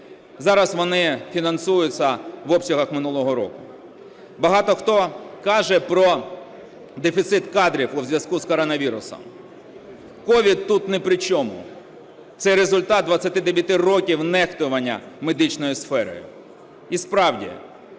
Зараз вони фінансуються в обсягах минулого року. Багато хто каже про дефіцит кадрів у зв'язку з коронавірусом. СOVID тут не при чому, це результат 29 років нехтування медичною сферою. І, справді,